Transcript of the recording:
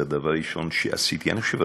זה הדבר הראשון שעשיתי.